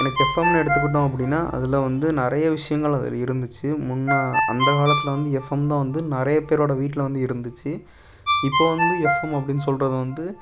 எனக்கு எஃப்எம்னு எடுத்துக்கிட்டோம் அப்படின்னா அதில் வந்து நிறைய விஷயங்கள் அதில் இருந்துச்சு முன்னே அந்த காலத்தில் வந்து எஃப்எம் தான் வந்து நிறைய பேரோடய வீட்டில் வந்து இருந்துச்சு இப்போ வந்து எஃப்எம் அப்படின் சொல்வது வந்து